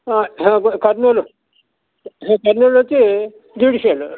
కర్నూలు కర్నూలు వచ్చి జ్యుడిషల్